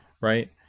right